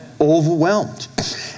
Overwhelmed